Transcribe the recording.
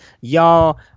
Y'all